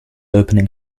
opening